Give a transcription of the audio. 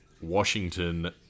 Washington